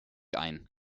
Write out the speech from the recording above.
ein